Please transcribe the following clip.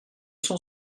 cent